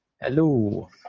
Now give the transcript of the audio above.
Hello